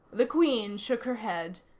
the queen shook her head.